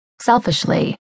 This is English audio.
Selfishly